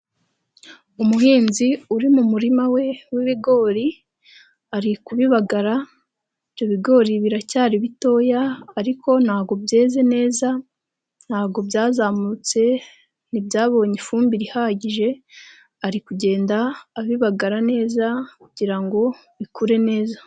Umuhinzi uri mu murima we wibigori ari kubibagara, ibyo bigori biracyari bitoya ariko ntabwo byeze neza, ntabwo byazamutse ntibyabonye ifumbire ihagije ari kugenda abibagara neza kugira ngo bikure neza.